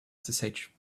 ssh